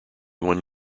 one